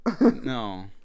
No